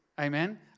Amen